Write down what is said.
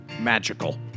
magical